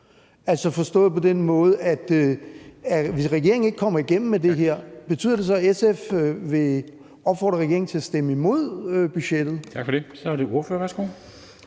på den måde, at det betyder, at hvis regeringen ikke kommer igennem med det her, vil SF opfordre regeringen til at stemme imod budgettet?